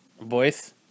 Voice